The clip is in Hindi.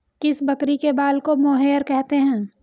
किस बकरी के बाल को मोहेयर कहते हैं?